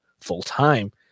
full-time